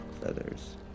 feathers